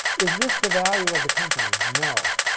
is this the value of the company? no,